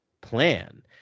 plan